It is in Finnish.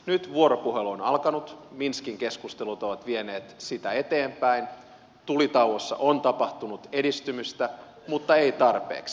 nyt vuoropuhelu on alkanut minskin keskustelut ovat vieneet sitä eteenpäin tulitauossa on tapahtunut edistymistä mutta ei tarpeeksi